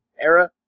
era